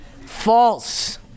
False